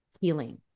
healing